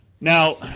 Now